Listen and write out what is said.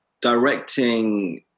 directing